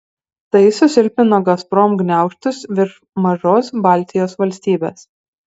tai susilpnino gazprom gniaužtus virš mažos baltijos valstybės